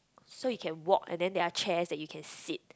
so you can walk and then there are chairs that you can sit